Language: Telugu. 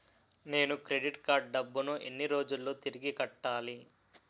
నేను క్రెడిట్ కార్డ్ డబ్బును ఎన్ని రోజుల్లో తిరిగి కట్టాలి?